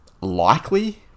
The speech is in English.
likely